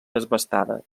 desbastada